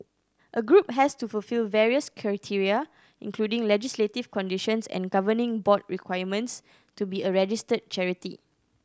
a group has to fulfil various criteria including legislative conditions and governing board requirements to be a registered charity